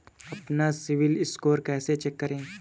अपना CIBIL score कैसे check करें?